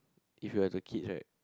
if you have the kids right